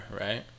right